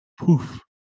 poof